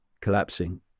Collapsing